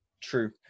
True